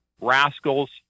Rascals